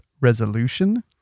resolution